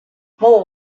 more